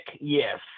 yes